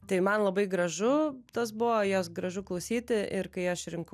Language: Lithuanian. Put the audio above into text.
tai man labai gražu tas buvo jos gražu klausyti ir kai aš rinkau